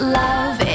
love